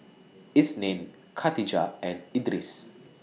Isnin Katijah and Idris